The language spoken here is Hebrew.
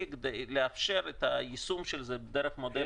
כדי לאפשר את היישום של זה דרך מודל חדש.